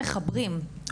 מחברים,